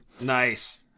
Nice